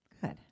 Good